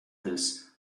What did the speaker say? this